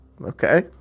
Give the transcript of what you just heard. Okay